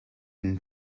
been